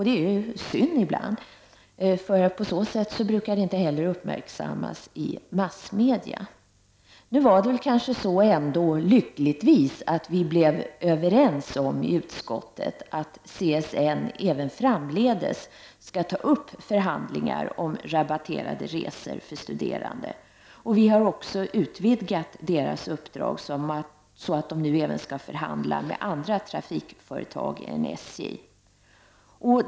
Det är synd ibland, för på så sätt brukar de inte heller uppmärksammas i massmedia. Lyckligtvis blev vi emellertid nu överens om i utskottet att CSN även framdeles skall ta upp förhandlingar om rabatterade resor för studerande. Vi har också utvidgat uppdraget till att nu även gälla förhandlingar med andra trafikföretag än SJ.